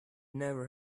never